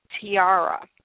tiara